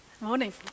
morning